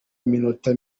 iminota